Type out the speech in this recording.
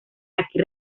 aquí